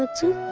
ah to